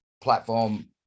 platform